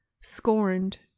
scorned